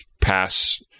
pass